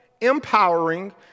empowering